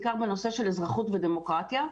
בעיקר בנושא של אזרחות ודמוקרטיה.